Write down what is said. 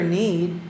need